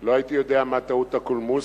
לא הייתי יודע מה טעות הקולמוס,